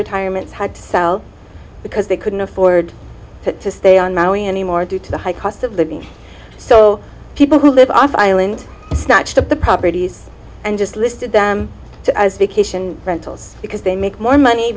retirements had to sell because they couldn't afford to stay on maui anymore due to the high cost of living so people who live off the island snatched up the properties and just listed them to vacation rentals because they make more money